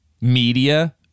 media